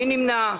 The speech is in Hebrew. מי נמנע?